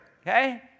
okay